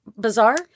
bizarre